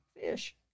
fish